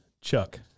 chuck